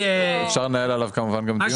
אפשר לנהל גם עליו דיון.